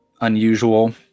Unusual